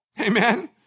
Amen